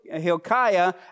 Hilkiah